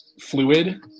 fluid